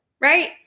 Right